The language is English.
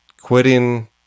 quitting